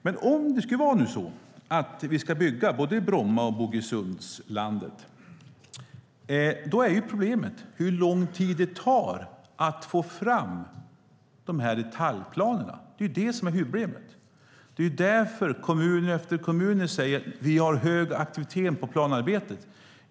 Men om det nu skulle vara så att vi skulle bygga både på Bromma flygplats och på Bogesundslandet är problemet hur lång tid det tar att få fram detaljplanerna. Det är det som är huvudproblemet. Det är därför kommun efter kommun säger: Vi har hög aktivitet på planarbetet.